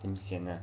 in 显得